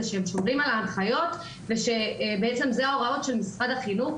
זה שהם שומרים על ההנחיות ושבעצם אלה ההוראות של משרד החינוך,